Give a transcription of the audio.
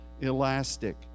elastic